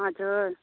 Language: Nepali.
हजुर